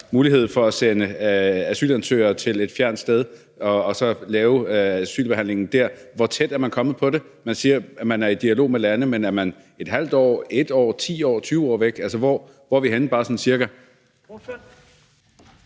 mulighed for at sende asylansøgere til et fjernt sted og så lave asylbehandlingen der. Hvor tæt er man kommet på det? Man siger, at man er i dialog med lande, men er man et halvt år, 1 år, 10 år, 20 år væk? Altså, hvor er vi henne,